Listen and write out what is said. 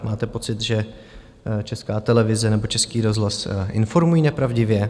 Máte pocit, že Česká televize nebo Český rozhlas informují nepravdivě?